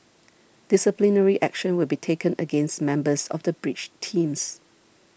disciplinary action will be taken against members of the bridge teams